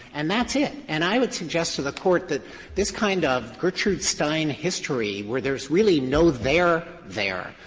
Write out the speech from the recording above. and that's it. and i would suggest to the court that this kind of gertrude stein history where there's really no there there,